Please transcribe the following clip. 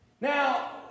Now